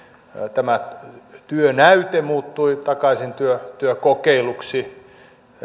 työnäyte muuttui takaisin työkokeiluksi